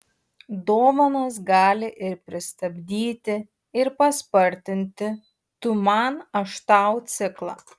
dovanos gali ir pristabdyti ir paspartinti tu man aš tau ciklą